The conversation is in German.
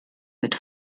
mit